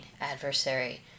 adversary